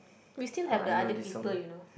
we still have the other people you know